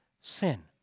Sin